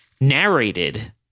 narrated